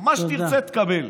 מה שתרצה, תקבל.